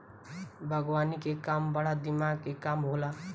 बागवानी के काम बड़ा दिमाग के काम होला